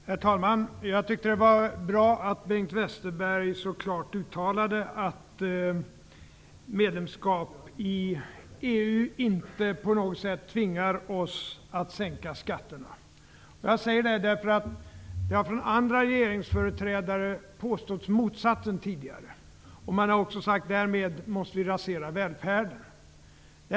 Herr talman! Jag tycker att det var bra att Bengt Westerberg så klart uttalade att medlemskap i EU inte på något sätt tvingar oss att sänka skatterna. Jag säger det därför att andra regeringsföreträdare har påstått motsatsen tidigare. Man har också sagt att vi därmed måste rasera välfärden.